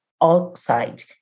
oxide